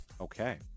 Okay